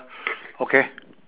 okay